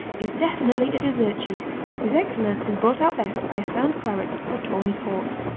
is definitely a dessert cheese whose excellence is brought out best by a sound claret or tawny port.